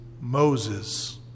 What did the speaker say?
Moses